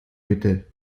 bitte